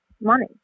money